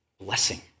Blessing